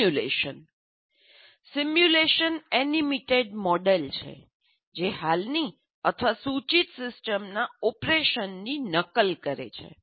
simulation simulation animated model છે જે હાલની અથવા સૂચિત સિસ્ટમના ઓપરેશનની નકલ કરે છે